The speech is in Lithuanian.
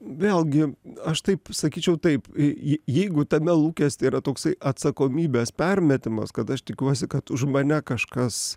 vėlgi aš taip sakyčiau taip jeigu tame lūkesty yra toksai atsakomybės permetimas kad aš tikiuosi kad už mane kažkas